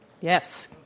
Yes